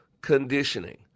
conditioning